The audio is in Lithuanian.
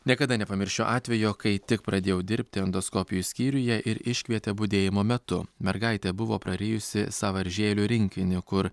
niekada nepamiršiu atvejo kai tik pradėjau dirbti endoskopijų skyriuje ir iškvietė budėjimo metu mergaitė buvo prarijusi sąvaržėlių rinkinį kur